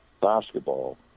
basketball